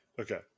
Okay